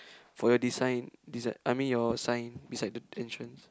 for your design design I mean your sign beside the entrance